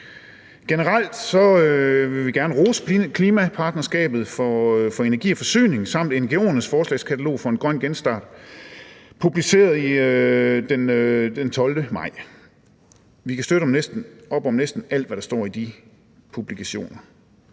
Generelt vil vi gerne rose klimapartnerskabet for energi og forsyning samt ngo'ernes forslagskatalog »En grøn genstart«, publiceret den 12. maj. Vi kan støtte op om næsten alt, hvad der står i de publikationer.